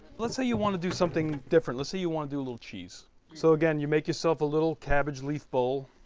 let's say you want to do something different. let's say you want to do a little cheese so again you make yourself a little cabbage leaf bowl